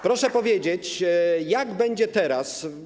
Proszę powiedzieć, jak będzie teraz.